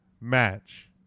match